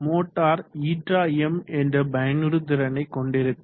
motor nm என்ற பயனுறுதிறனை கொண்டிருக்கும்